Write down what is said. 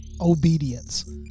obedience